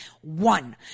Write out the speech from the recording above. One